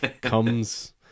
comes